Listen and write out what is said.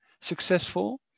successful